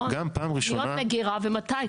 תוכניות מגירה ומתי?